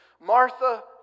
Martha